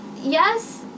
Yes